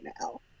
now